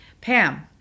Pam